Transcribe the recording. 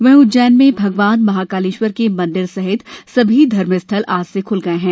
वहीं उज्जैन में भगवान महाकालेश्वर के मंदिर सहित सभी धर्म स्थल आज से खुल गयें हैं